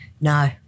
No